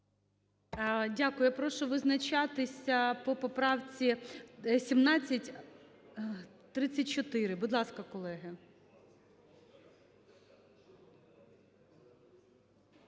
Дякую. Прошу визначатися по поправці 1734. Будь ласка, колеги.